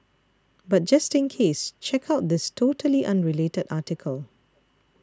but just in case check out this totally unrelated article